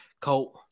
Colt